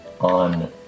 on